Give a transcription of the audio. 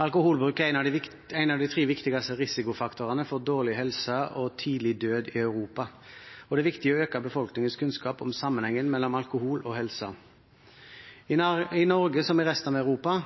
Alkoholbruk er en av de tre viktigste risikofaktorene for dårlig helse og tidlig død i Europa, og det er viktig å øke befolkningens kunnskap om sammenhengen mellom alkohol og helse. I Norge, som i resten av Europa,